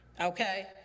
okay